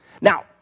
Now